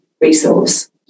resource